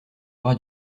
aura